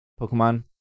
Pokemon